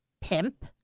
pimp